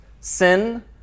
sin